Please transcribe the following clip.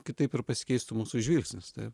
kitaip ir pasikeistų mūsų žvilgsnis taip